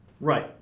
Right